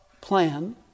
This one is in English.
plan